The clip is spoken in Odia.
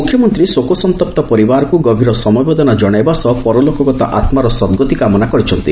ମୁଖ୍ୟମନ୍ତୀ ଶୋକସନ୍ତପ୍ତ ପରିବାରକୁ ଗଭୀର ସମବେଦନା ଜଶାଇବା ସହ ପରଲୋକଗତ ଆତ୍ମାର ସଦ୍ଗତି କାମନା କରିଛନ୍ତି